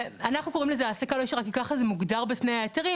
אנחנו קוראים לזה העסקה לא ישירה כי ככה זה מוגדר בתנאי ההיתרים,